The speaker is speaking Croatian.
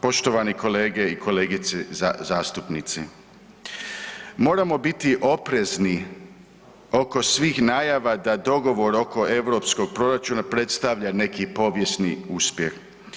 Poštovani kolege i kolegice zastupnici, moramo biti oprezni oko svih najava da dogovor oko europskog proračuna predstavlja neki povijesni uspjeh.